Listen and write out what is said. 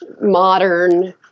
modern